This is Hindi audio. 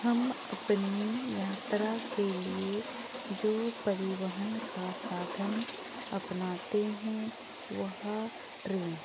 हम अपनी यात्रा के लिए जो परिवहन का साधन अपनाते हैं वह ट्रेन है